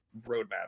roadmap